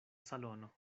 salono